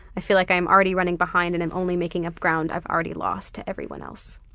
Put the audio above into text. i feel like i am already running behind and am only making up ground i've already lost to everyone else.